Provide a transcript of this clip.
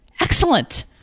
Excellent